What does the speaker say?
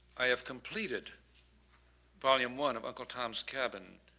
i have completed volume one of uncle tom's cabin.